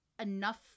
enough